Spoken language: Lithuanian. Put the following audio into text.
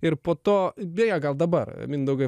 ir po to beje gal dabar mindaugai